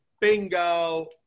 Bingo